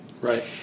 Right